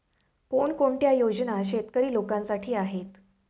कोणकोणत्या योजना शेतकरी लोकांसाठी आहेत?